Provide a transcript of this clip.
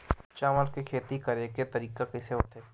चावल के खेती करेके तरीका कइसे होथे?